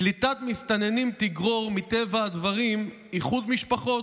קליטת מסתננים תגרור, מטבע הדברים, איחוד משפחות.